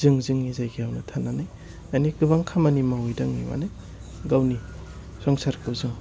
जों जोंनि जायगायावनो थानानै मानि गोबां खामानि मावयै दाङै मानि गावनि संसारखौ जों